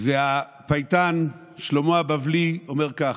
הפייטן שלמה הבבלי אומר כך: